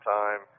time